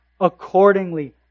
accordingly